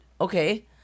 Okay